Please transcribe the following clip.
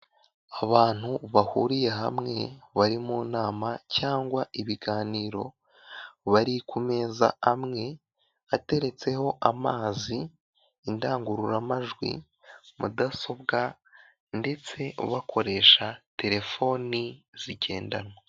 Abantu bahuriye hamwe bari mu nama cyangwa ibiganiro bari ku meza amwe ateretseho amazi, indangururamajwi, mudasobwa, ndetse bakoresha telefoni zigendanwa.